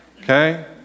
Okay